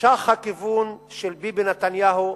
נמשך הכיוון של ביבי נתניהו,